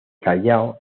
callao